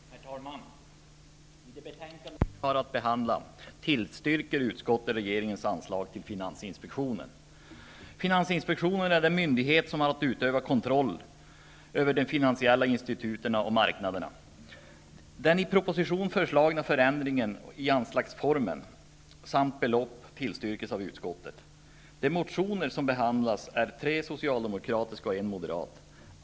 Herr talman! Det betänkande vi nu har att behandla gäller bl.a. regeringens förslag om anslag till finansinspektionen. Finansinspektionen är den myndighet som har att utöva kontroll över de finansiella instituten och marknaderna. Den i propositionen föreslagna förändringen av anslagsformen samt belopp tillstyrks av utskottet. I betänkandet behandlas också fyra motioner, tre socialdemokratiska och en moderat.